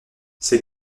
ses